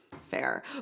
fair